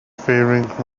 faring